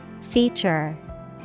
Feature